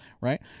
Right